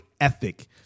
ethic